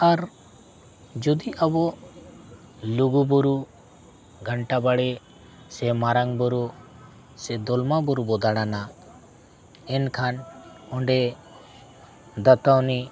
ᱟᱨ ᱡᱩᱫᱤ ᱟᱵᱚ ᱞᱩᱜᱩ ᱵᱩᱨᱩ ᱜᱷᱟᱱᱴᱟ ᱵᱟᱲᱮ ᱥᱮ ᱢᱟᱨᱟᱝ ᱵᱩᱨᱩ ᱥᱮ ᱫᱚᱞᱢᱟ ᱵᱩᱨᱩ ᱵᱚᱫᱟᱱᱟ ᱮᱱᱠᱷᱟᱱ ᱚᱸᱰᱮ ᱫᱟᱛᱟᱣᱱᱤ